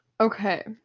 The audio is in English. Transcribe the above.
okay